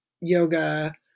yoga